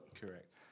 Correct